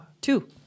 two